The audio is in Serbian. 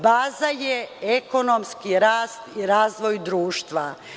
Baza je ekonomski rast i razvoj društva.